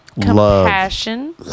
compassion